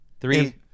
Three